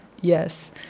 yes